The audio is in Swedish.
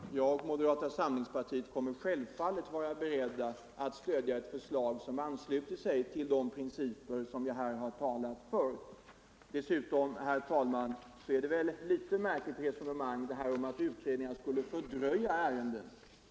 Herr talman! Jag och moderata samlingspartiet kommer självfallet att vara beredda att stödja ett förslag som ansluter sig till de principer jag här talat för. Dessutom, herr talman, är det väl ett något märkligt resonemang att utredningar alltid skulle fördröja ärenden.